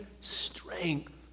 strength